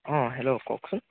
অঁ হেল্ল' কওকচোন